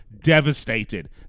devastated